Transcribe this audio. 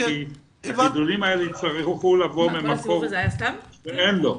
כי הגידולים האלה יצטרכו לבוא ממקור שאין לו.